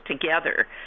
together